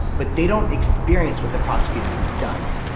but they don't experience what the prosecutor does.